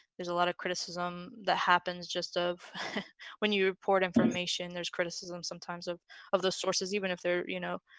there's a lot of criticism that happens just of when you report information, there's criticism sometimes of of those sources even if they're you know, ah,